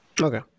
Okay